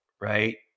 right